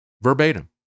verbatim